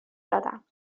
دادم